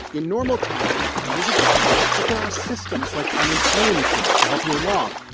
in normal times, it is a gut punch. but there are systems like unemployment insurance to help you along,